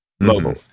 mobile